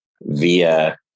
via